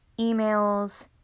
emails